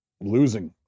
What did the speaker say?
losing